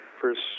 first